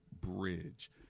bridge